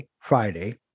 Friday